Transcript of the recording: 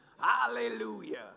Hallelujah